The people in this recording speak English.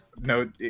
No